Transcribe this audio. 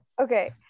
Okay